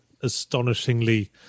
astonishingly